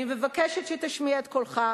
אני מבקשת שתשמיע את קולך.